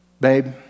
Babe